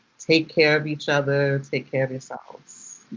take care of each other. take care of yourselves.